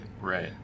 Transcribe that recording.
right